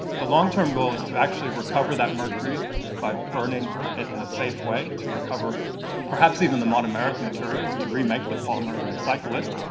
the long-term goal is to actually recover that mercury by burning it in a safe way to recover perhaps even the monomeric materials, to remake the polymer and recycle it,